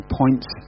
points